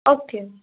okay